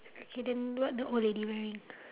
okay then what the old lady wearing